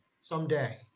someday